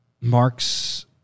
Mark's